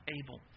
able